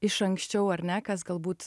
iš anksčiau ar ne kas galbūt